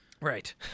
Right